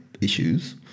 issues